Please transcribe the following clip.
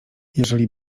jeżeli